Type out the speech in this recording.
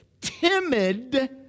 timid